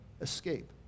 escape